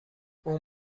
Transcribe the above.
اون